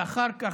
ואחר כך,